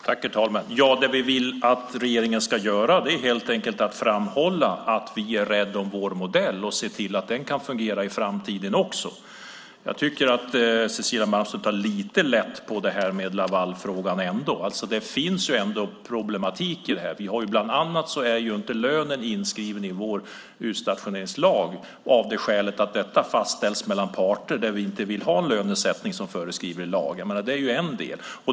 Herr talman! Vad vi vill att regeringen ska göra är helt enkelt att regeringen ska framhålla att vi är rädda om vår modell och se till att den kan fungera också i framtiden. Jag tycker att Cecilia Malmström ändå tar lite lätt på Lavalfrågan. Det finns ju en problematik här. Bland annat är detta med lön inte inskrivet i vår utstationeringslag, av det skälet att detta är något som fastställs mellan parter och att vi inte vill ha lönesättningen föreskriven i lag. Det är en del.